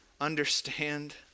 understand